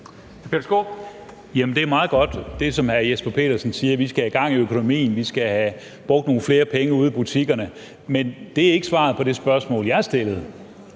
er meget godt, altså at vi skal have gang i økonomien, at vi skal have brugt nogle flere penge ude i butikkerne. Men det er ikke svaret på det spørgsmål, jeg stillede.